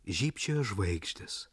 žybčiojo žvaigždės